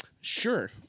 Sure